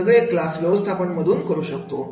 हे सगळ्या क्लास व्यवस्थापना मधून करता येते